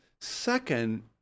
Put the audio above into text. second